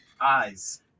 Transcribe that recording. eyes